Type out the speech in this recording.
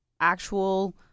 actual